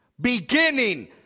Beginning